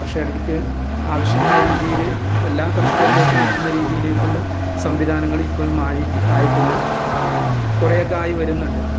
കർഷകർക്ക് ആവശ്യമായ രീതിയിൽ എല്ലാ കർഷകരിലേക്കും എത്തുന്ന രീതിയിലേക്കുള്ള സംവിധാനങ്ങൾ ഇപ്പോഴും മാറി ആയിട്ടില്ല കുറേയൊക്കെയായി വരുന്നുണ്ട്